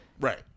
Right